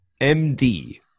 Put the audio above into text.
MD